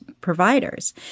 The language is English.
providers